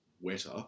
wetter